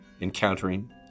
encountering